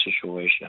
situation